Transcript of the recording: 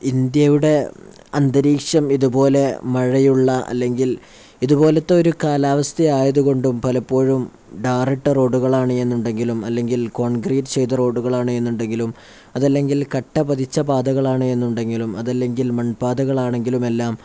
ഇന്ത്യയുടെ അന്തരീക്ഷം ഇതുപോലെ മഴയുള്ള അല്ലെങ്കിൽ ഇതുപോലത്തെ ഒരു കാലാവസ്ഥയായതുകൊണ്ടും പലപ്പോഴും ടാറിട്ട റോഡുകളാണെന്നുണ്ടെങ്കിലും അല്ലെങ്കിൽ കോൺക്രീറ്റ് ചെയ്ത റോഡുകളാണെന്നുണ്ടെങ്കിലും അതുമല്ലെങ്കിൽ കട്ടപതിച്ച പാതകളാണെന്നുണ്ടെങ്കിലും അതല്ലെങ്കിൽ മൺപാതകളാണെങ്കിലും എല്ലാം